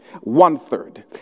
one-third